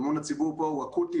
אמון הציבור פה הוא אקוטי,